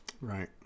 Right